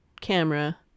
camera